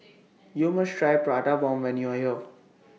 YOU must Try Prata Bomb when YOU Are here